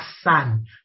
son